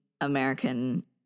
American